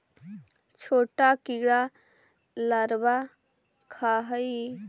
छोटा कीड़ा लारवा खाऽ हइ